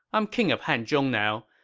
i'm king of hanzhong now,